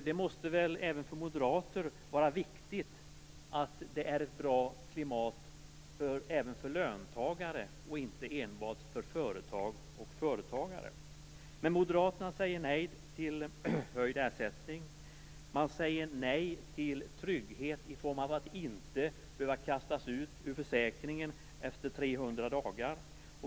Det måste väl även för moderater vara viktigt att det är ett bra klimat också för löntagare, inte enbart för företag och företagare. Men moderaterna säger nej till höjd ersättning. De säger nej till trygghet i form av att inte behöva utförsäkras efter 300 dagar.